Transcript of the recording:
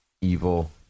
evil